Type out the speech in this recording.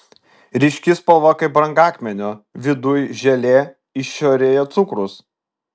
ryški spalva kaip brangakmenio viduj želė išorėje cukrus